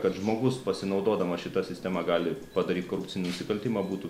kad žmogus pasinaudodamas šita sistema gali padaryt korupcinį nusikaltimą būtų